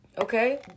Okay